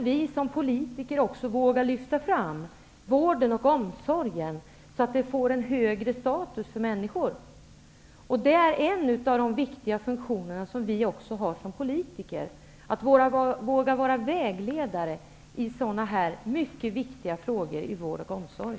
Vi som politiker måste våga lyfta fram vården och omsorgen så att detta får högre status. Det är en av de viktiga funktioner vi har som politiker. Vi måste våga vara vägledare i sådana här mycket viktiga frågor som gäller vård och omsorg.